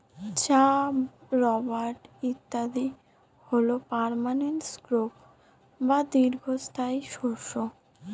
চা, রাবার ইত্যাদি হল পার্মানেন্ট ক্রপ বা দীর্ঘস্থায়ী শস্য